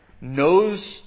knows